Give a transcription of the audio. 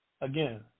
again